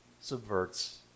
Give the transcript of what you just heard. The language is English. subverts